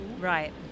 Right